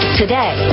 today